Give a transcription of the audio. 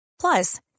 Plus